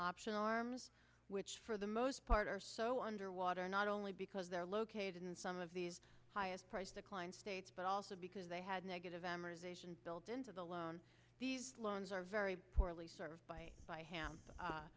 option arms which for the most part are so underwater not only because they're located in some of these highest price decline states but also because they had negative amortization built into the loan these loans are very poorly served by by hand